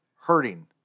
hurting